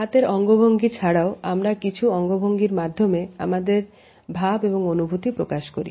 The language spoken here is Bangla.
হাতের অঙ্গভঙ্গি ছাড়াও আরো কিছু অঙ্গভঙ্গির মাধ্যমে আমরা আমাদের ভাব এবং অনুভূতি প্রকাশ করি